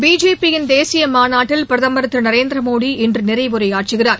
BJP யின் தேசிய மாநாட்டில் பிரதமர் திரு நரேந்திர மோடி இன்று நிறைவுரையாற்றுகிறார்